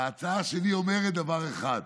ההצעה שלי אומרת דבר אחד.